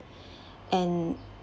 and